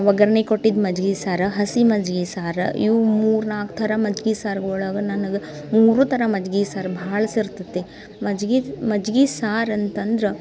ಒಗ್ಗರ್ಣೆ ಕೊಟ್ಟಿದ್ದು ಮಜ್ಗೆ ಸಾರು ಹಸಿ ಮಜ್ಗೆ ಸಾರು ಇವು ಮೂರು ನಾಲ್ಕು ಥರ ಮಜ್ಗೆ ಸಾರು ಒಳಗೆ ನನ್ಗೆ ಮೂರೂ ಥರ ಮಜ್ಗೆ ಸಾರು ಭಾಳ ಸೇರ್ತದೆ ಮಜ್ಗೆ ಮಜ್ಗೆ ಸಾರು ಅಂತಂದ್ರೆ